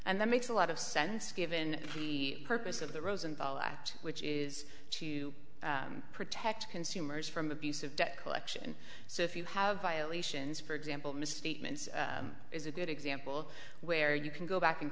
and that makes a lot of sense given the purpose of the rosendahl act which is to protect consumers from abusive debt collection so if you have violations for example misstatements is a good example where you can go back and